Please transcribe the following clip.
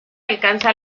alcanza